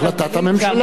הממשלה,